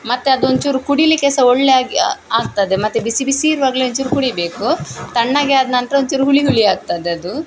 ಮತ್ತು ಅದು ಒಂಚೂರು ಕುಡಿಯಲಿಕ್ಕೆ ಸಹ ಒಳ್ಳೆಯ ಆಗ್ತದೆ ಮತ್ತು ಬಿಸಿ ಬಿಸಿ ಇರುವಾಗಲೇ ಒಂಚೂರು ಕುಡಿಯಬೇಕು ತಣ್ಣಗೆ ಆದ ನಂತರ ಒಂಚೂರು ಹುಳಿ ಹುಳಿ ಆಗ್ತದೆ ಅದು